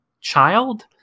child